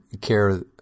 care